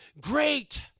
great